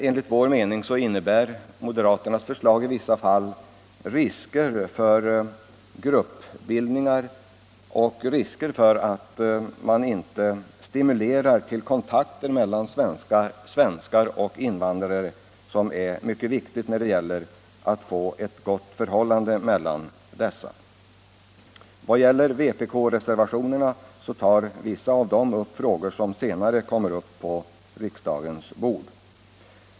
Enligt vår mening innebär moderaternas förslag i vissa fall risker för gruppbildningar och isolering och risker för att man inte stimulerar till kontakter mellan svenskar och invandrare. Detta är mycket viktigt när det gäller att få ett gott förhållande mellan dessa grupper. Vpk-reservationerna tar i vissa fall upp frågor som senare kommer på riksdagens bord.